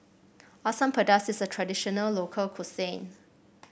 Asam Pedas is a traditional local cuisine